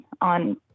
on